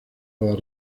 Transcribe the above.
los